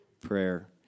prayer